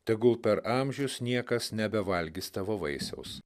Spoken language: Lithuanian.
tegul per amžius niekas nebevalgys tavo vaisiaus